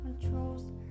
controls